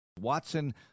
Watson